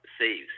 saves